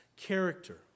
character